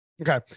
Okay